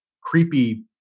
creepy